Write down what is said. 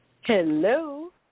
hello